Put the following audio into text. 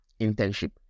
internship